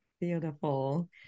Beautiful